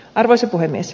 arvoisa puhemies